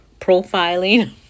profiling